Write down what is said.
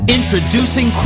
Introducing